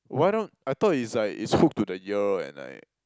why don't I thought it's like it's hooked to the ear and like